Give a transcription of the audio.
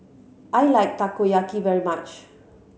I like Takoyaki very much